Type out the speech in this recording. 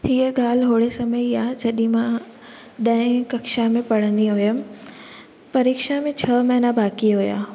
हीअ ॻाल्हि अहिड़े समय जी आहे जॾहिं मां ॾहें कक्षा में पढ़ंदी हुयमि परिक्षा में छह महीना बाक़ी हुया